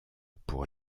pour